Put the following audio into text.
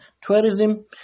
tourism